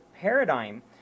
paradigm